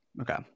Okay